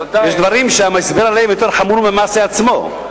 יש דברים שההסבר שלהם יותר חמור מהמעשה עצמו.